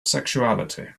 sexuality